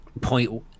point